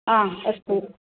आम् अस्तु